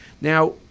Now